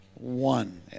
One